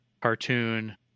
cartoon